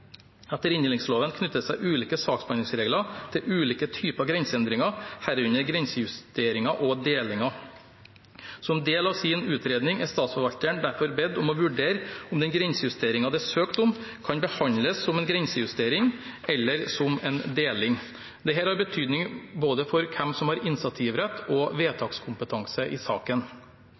Etter inndelingsloven knytter det seg ulike saksbehandlingsregler til ulike typer grenseendringer, herunder grensejusteringer og delinger. Som del av sin utredning er Statsforvalteren derfor bedt om å vurdere om den grensejusteringen det er søkt om, kan behandles som en grensejustering eller som en deling. Dette har betydning for både hvem som har initiativrett, og hvem som har vedtakskompetanse i saken.